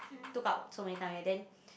took out so many times already then